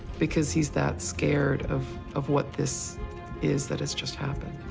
because he's that scared of of what this is that has just happened.